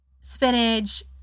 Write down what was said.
spinach